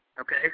Okay